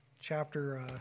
chapter